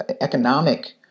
economic